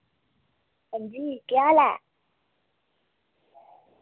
हां जी केह् हाल ऐ